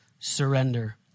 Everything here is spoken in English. Surrender